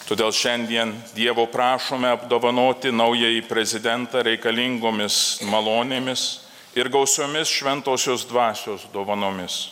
todėl šiandien dievo prašome apdovanoti naująjį prezidentą reikalingomis malonėmis ir gausiomis šventosios dvasios dovanomis